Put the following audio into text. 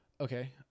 Okay